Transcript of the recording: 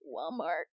Walmart